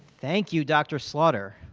thank you dr. slaughter.